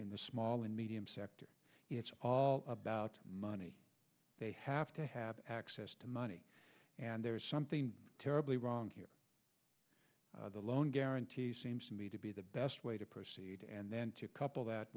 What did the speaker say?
in the small and medium sector it's about money they have to have access to money and there is something terribly wrong here the loan guarantee seems to me to be the best way to proceed and then to couple that